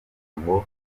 ngo